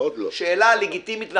שאלה לגיטימית לחלוטין.